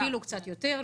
אפילו קצת יותר.